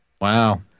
Wow